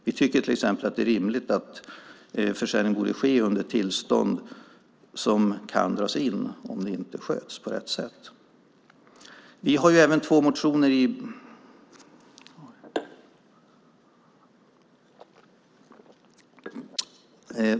Vi tycker till exempel att det är rimligt att försäljning borde ske under tillstånd som kan dras in om det inte sköts på rätt sätt. Herr talman!